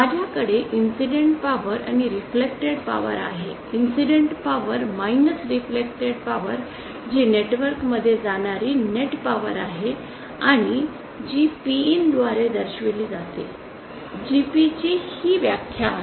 माझ्याकडे incident power आणि reflected power आहे इंसीडन्ट पॉवर रिफ्लेक्टड पॉवर जी नेटवर्क मध्ये जाणारी नेट पॉवर आहे आणि जी PIN द्वारे दर्शविली जाते GP ची ही व्याख्या आहे